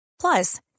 Plus